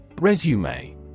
Resume